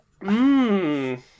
Mmm